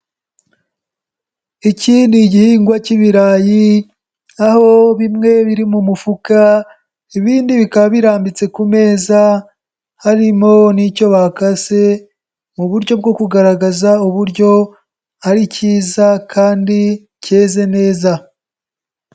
Iki ni igihingwa cy'ibirayi aho bimwe biri mu mufuka ibindi bikaba birambitse ku meza, harimo n'icyo bakase mu buryo bwo kugaragaza uburyo ari cyiza kandi cyeze neza.